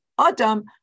Adam